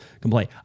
complain